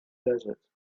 desert